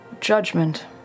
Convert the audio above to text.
judgment